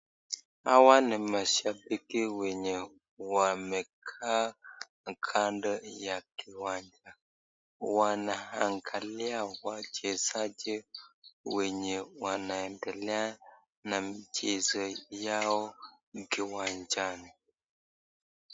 Hawa ni mashapiki wenye wamekaa kando ya uwanja wanaangalia wachezaji wenye wanaendelea na mchezo yao kiwanjani.